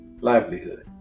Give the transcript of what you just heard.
livelihood